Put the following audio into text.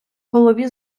голові